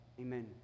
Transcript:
Amen